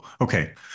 okay